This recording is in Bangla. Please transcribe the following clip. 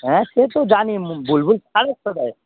হ্যাঁ সে তো জানি বুলবুল খারাপ কোথায়